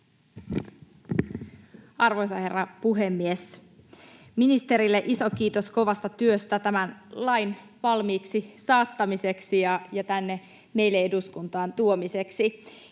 Arvoisa herra puhemies! Ministerille iso kiitos kovasta työstä tämän lain valmiiksi saattamiseksi ja tänne meille eduskuntaan tuomiseksi.